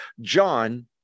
John